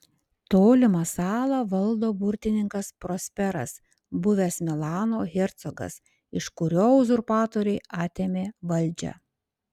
tolimą salą valdo burtininkas prosperas buvęs milano hercogas iš kurio uzurpatoriai atėmė valdžią